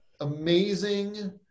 amazing